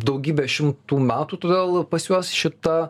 daugybę šimtų metų todėl pas juos šita